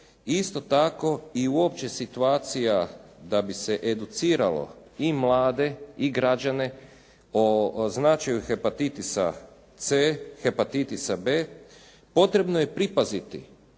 isto tako i uopće situacija da bi se educiralo i mlade i građane o značaju hepatitisa C, hepatitisa B. Potrebno je pripaziti